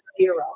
zero